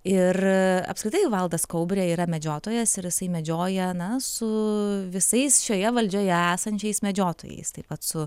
ir apskritai valdas kaubrė yra medžiotojas ir jisai medžioja na su visais šioje valdžioje esančiais medžiotojais taip pat su